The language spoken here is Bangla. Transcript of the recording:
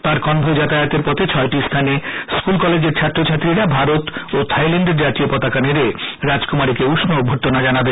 তাঁর কনভয় যাতায়াতের পথে ছয়টি স্থানে স্কুল কলেজের ছাত্র ছাত্রীরা ভারত ও থাইল্যান্ড এর জাতীয় পতাকা নেড়ে রাজকুমারীকে উষ্ণ অভ্যর্থনা জানাবে